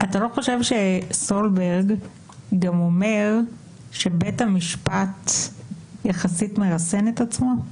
אתה לא חושב שסולברג גם אומר שבית המשפט יחסית מרסן את עצמו?